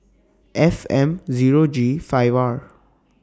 F M Zero G five R